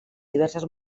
diverses